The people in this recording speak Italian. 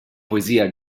poesia